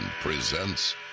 presents